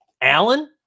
Allen